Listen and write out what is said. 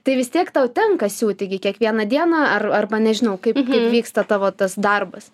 tai vis tiek tau tenka siūti gi kiekvieną dieną ar arba nežinau kaip vyksta tavo tas darbas